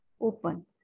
open